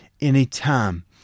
anytime